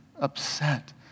upset